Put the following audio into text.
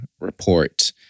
report